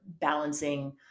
balancing